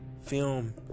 film